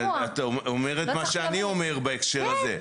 את אומרת מה שאני אומר בהקשר הזה.